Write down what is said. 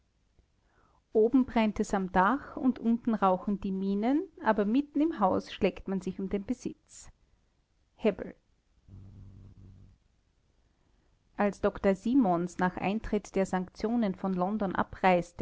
oben brennt es im dach und unten rauchen die minen aber mitten im haus schlägt man sich um den besitz hebbel als dr simons nach eintritt der sanktionen von london abreiste